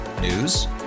News